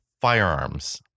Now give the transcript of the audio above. firearms